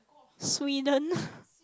Sweden